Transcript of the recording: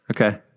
Okay